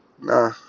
nah